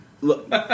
Look